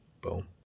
Boom